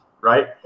right